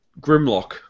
Grimlock